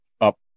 up